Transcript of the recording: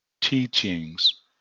teachings